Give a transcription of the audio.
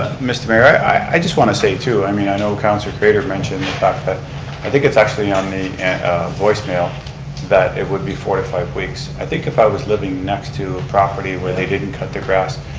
mr. mayor. i i just want to say too, i mean i know councilor craitor mentioned the fact that i think it's actually on the voicemail that it would be four to five weeks. i think if i was living next to a property where they didn't cut their grass,